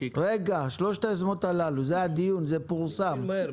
זה פורסם.